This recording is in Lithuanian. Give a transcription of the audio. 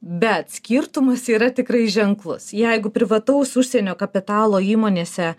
bet skirtumas yra tikrai ženklus jeigu privataus užsienio kapitalo įmonėse